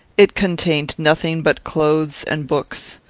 it contained nothing but clothes and books.